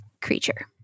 creature